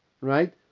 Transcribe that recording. right